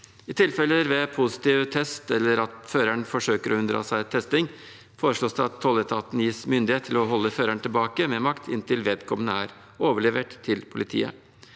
I tilfeller ved positiv test eller hvis føreren forsøker å unndra seg testing, foreslås det at tolletaten gis myndighet til å holde føreren tilbake med makt inntil vedkommende er overlevert til politiet.